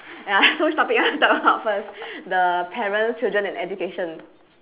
ya so which topic you want to talk about first the parents children and education